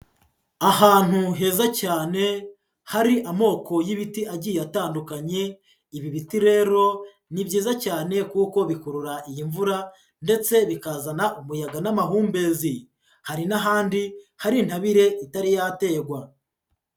Ahantu heza cyane hari amoko y'ibiti agiye atandukanye, ibi biti rero ni byiza cyane kuko bikurura iyi mvura ndetse bikazana umuyaga n'amahumbezi, hari n'ahandi hari intabire itari yaterwa.